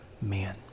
man